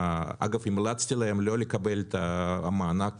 אגב, המלצתי להם לא לקבל את המענק